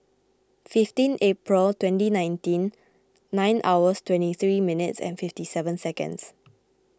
fifteen April twenty nineteen nine hours twenty three minutes and fifty seven seconds